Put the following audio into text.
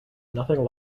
nothing